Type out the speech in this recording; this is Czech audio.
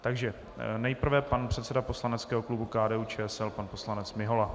Takže nejprve pan předseda poslaneckého klubu KDUČSL pan poslanec Mihola.